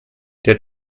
der